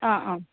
ആ ആ